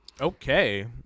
Okay